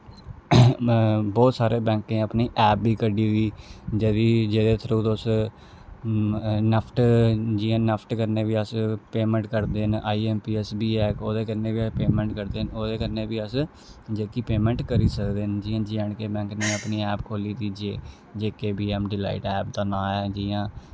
बौह्त सारे बैंकें अपनी ऐप बी कड्ढी दी जेह्दी जेह्दे थ्रू तुस नैफ्ट जियां नैफ्ट कन्नै बी अस पेमैंट करदे न आई ऐम पी ऐस बी ऐ इक ओह्दे कन्नै बी अस पेमैंट करदे न ओह्दे कन्नै बी अस जेह्की पेमैंट करी सकदे न जियां जे ऐंड के बैंक ने अपनी ऐप खोली दी जे J K M D app दा नांऽ ऐ जियां